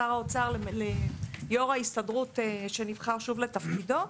שר האוצר ליו"ר ההסתדרות שנבחר שוב לתפקידו.